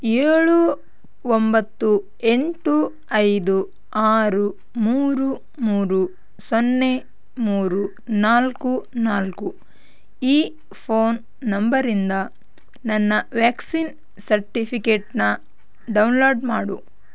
ಏಳು ಒಂಬತ್ತು ಎಂಟು ಐದು ಆರು ಮೂರು ಮೂರು ಸೊನ್ನೆ ಮೂರು ನಾಲ್ಕು ನಾಲ್ಕು ಈ ಫೋನ್ ನಂಬರಿಂದ ನನ್ನ ವ್ಯಾಕ್ಸಿನ್ ಸರ್ಟಿಫಿಕೇಟನ್ನ ಡೌನ್ಲೋಡ್ ಮಾಡು